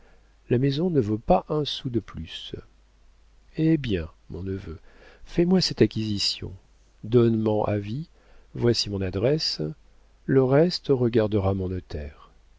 la maison ne vaut pas un sou de plus hé bien mon neveu fais-moi cette acquisition donne men avis voici mon adresse le reste regardera mon